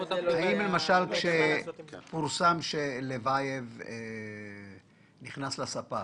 אותן -- האם כשפורסם שלבייב נכנס לספר,